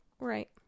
right